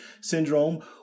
syndrome